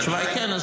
התשובה היא כן.